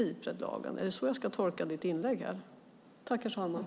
Är det så jag ska tolka ditt inlägg här, Johan Linander?